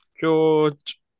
George